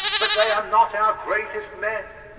but they are not our greatest men.